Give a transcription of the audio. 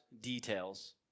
details